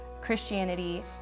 Christianity